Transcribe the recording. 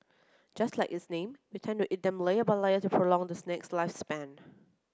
just like its name we tend to eat them layer by layer to prolong the snack's lifespan